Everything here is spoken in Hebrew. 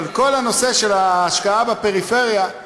אבל כל הנושא של ההשקעה בפריפריה,